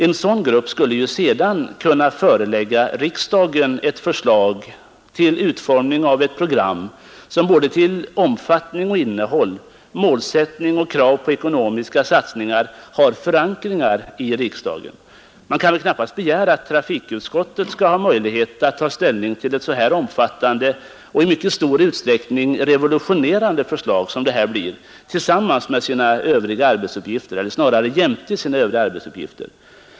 En sådan grupp skulle sedan via regeringen kunna förelägga riksdagen ett förslag till utformning av ett program som både till omfattning och innehåll, målsättning och krav på ekonomiska satsningar har förankringar i riksdagen. Man kan knappast begära att trafikutskottet skall ha möjlighet att direkt ta ställning till ett så omfattande och i mycket stor utsträckning revolutionerande förslag som detta, jämte sina övriga arbetsuppgifter.